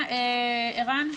ערן?